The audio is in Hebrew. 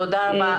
תודה רבה.